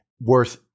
worth